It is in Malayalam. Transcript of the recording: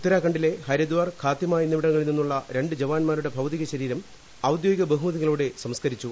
ഉത്തരാഖണ്ഡിലെ ഹരിദ്വാർ ഖാത്തിമ എന്നിവിടങ്ങളിൽ നിന്നുള്ള രണ്ട് ജവാന്മാരുടെ ഭൌതിക ശരീരം ഔദ്യോഗിക ബഹുമതികളോടെ സംസ്കരിച്ചു